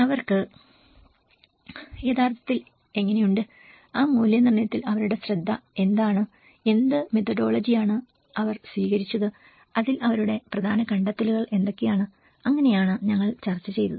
അവർക്ക് യഥാർത്ഥത്തിൽ എങ്ങനെയുണ്ട് ആ മൂല്യനിർണ്ണയത്തിൽ അവരുടെ ശ്രദ്ധ എന്താണ് എന്ത് മെതോഡിയോളജിയാണ് അവർ സ്വീകരിച്ചത് അതിൽ അവരുടെ പ്രധാന കണ്ടെത്തലുകൾ എന്തൊക്കെയാണ് അങ്ങനെയാണ് ഞങ്ങൾ ചർച്ച ചെയ്തത്